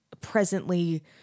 presently